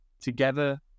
Together